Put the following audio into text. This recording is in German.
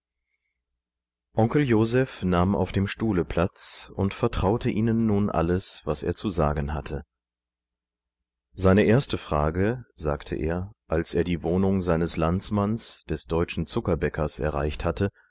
onkel joseph nahm auf dem stuhle platz und vertraute ihnen nun alles was er zu sagenhatte seine erste frage sagte er als er die wohnung seines landsmanns des deutschen zuckerbäckers erreichthatte